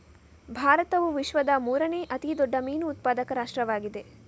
ಭಾರತವು ವಿಶ್ವದ ಮೂರನೇ ಅತಿ ದೊಡ್ಡ ಮೀನು ಉತ್ಪಾದಕ ರಾಷ್ಟ್ರವಾಗಿದೆ